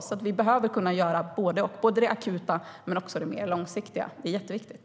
Vi behöver alltså kunna göra både och - både det akuta och det mer långsiktiga. Det är jätteviktigt.